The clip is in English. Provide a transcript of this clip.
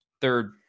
third